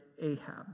Ahab